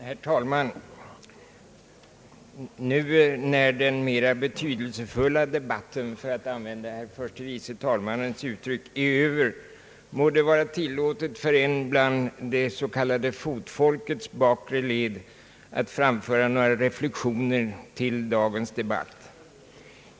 Herr talman! Nu när den mera betydelsefulla debatten — för att använda herr förste vice talmannens uttryck — är över, må det vara tillåtet för en bland det så kallade fotfolkets bakre led att framföra några reflexioner till dagens debatt.